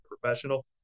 professional